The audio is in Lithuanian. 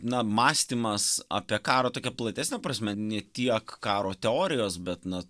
na mąstymas apie karą tokia platesne prasme ne tiek karo teorijos bet na